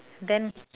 then